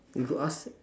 you could ask